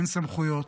אין סמכויות,